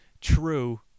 true